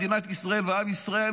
מדינת ישראל ועם ישראל,